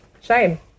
Shame